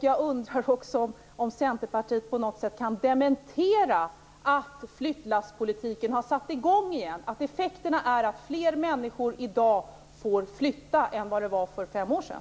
Jag undrar också om Centerpartiet på något sätt kan dementera att flyttlasspolitiken har satt i gång igen och att effekterna är att fler människor får flytta i dag än för fem år sedan.